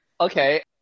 Okay